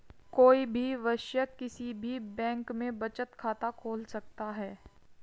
कोई भी वयस्क किसी भी बैंक में बचत खाता खोल सकता हैं